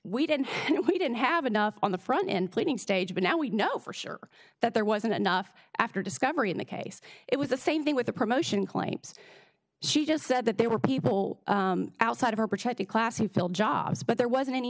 we didn't know we didn't have enough on the front end pleading stage but now we know for sure that there wasn't enough after discovery in the case it was the same thing with the promotion claims she just said that there were people outside of her protected class who fill jobs but there wasn't any